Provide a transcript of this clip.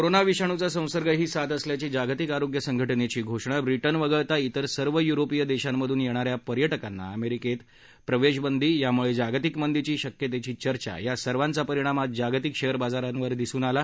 corona विषाणूचा संसर्ग ही साथ असल्याची जागतिक आरोग्य संघटनेची घोषणा ब्रिटन वगळता इतर सर्व यूरोपीय देशांमधून येणाऱ्या पर्यटकांना अमेरिकेत प्रवेशबंदी यामुळे जागतिक मंदीची शक्यतेची चर्चा या सर्वांचा परिणाम आज जागतिक शेअर बाजारांवर दिसून आला